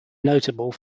notable